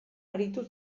aritu